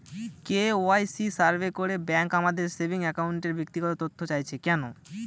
KYC survey করে bank আমাদের saving অ্যাকাউন্টের ব্যক্তিগত তথ্য চাইছে কেন?